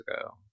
ago